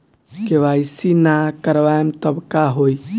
KYC ना करवाएम तब का होई?